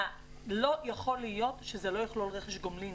לא יכול להיות שזה יכלול רכש גומלין,